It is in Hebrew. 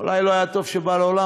אולי לא היה טוב שבא לעולם,